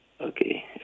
Okay